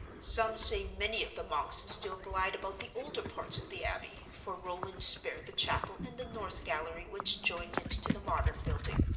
some say many of the monks still glide about the older parts of the abbey, for roland spared the chapel and the north gallery which joined it to the modern building.